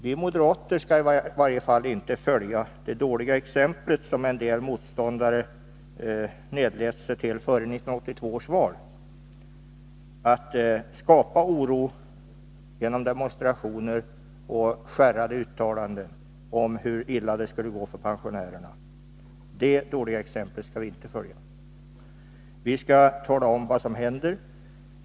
Vi moderater skall i varje fall inte följa det dåliga exempel som en del motståndare nedlät sig till före 1982 års val, att skapa oro genom demonstrationer och skärrade uttalanden om hur illa det skulle gå för pensionärerna. Detta dåliga exempel skall vi inte följa. Vi skall tala om vad som händer.